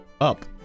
up